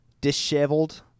disheveled